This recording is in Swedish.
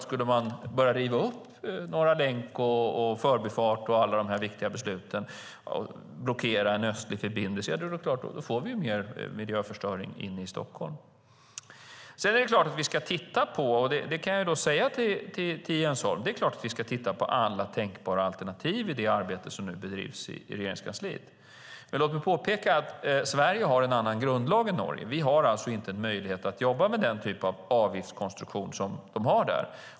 Skulle man börja riva upp besluten om Norra länken, förbifarten och andra viktiga beslut och blockera en östlig förbindelse är det klart att vi får mer miljöförstöring inne i Stockholm. Till Jens Holm kan jag säga att det är klart att vi ska titta på alla tänkbara alternativ i det arbete som nu bedrivs i Regeringskansliet. Låt mig dock påpeka att Sverige har en annan grundlag än Norge. Vi har inte möjlighet att jobba med den typ av avgiftskonstruktion som man har där.